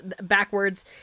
backwards